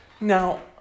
Now